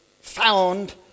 found